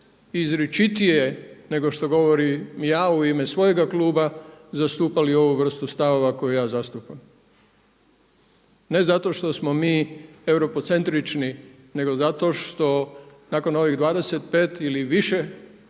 izričitije nego što govorim ja u ime svojega kluba, zastupali ovu vrstu stavova koju ja zastupam. Ne zato što smo mi europocentrični, nego zato što nakon ovih 25 ili više,